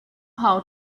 how